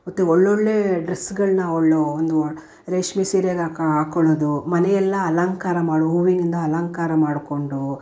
ಮತ್ತು ಒಳ್ಳೊಳ್ಳೆ ಡ್ರೆಸ್ಗಳನ್ನ ಅವಳು ಒಂದು ರೇಷ್ಮೆ ಸೀರೆಗೆ ಹಾಕೊಳ್ಳೋದು ಮನೆಯೆಲ್ಲ ಅಲಂಕಾರ ಮಾಡು ಹೂವಿನಿಂದ ಅಲಂಕಾರ ಮಾಡಿಕೊಂಡು